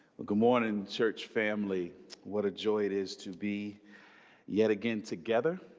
but good morning church family what a joy it is to be yet again together